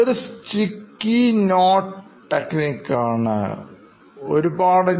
ഇതൊരു sticky note technique ആണ്